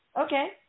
Okay